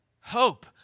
Hope